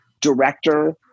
director